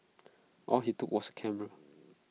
all he took was A camera